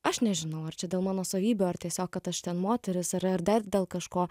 aš nežinau ar čia dėl mano savybių ar tiesiog kad aš ten moteris ar ar dar dėl kažko